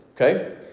Okay